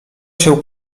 się